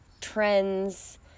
trends